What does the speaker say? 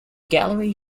gallery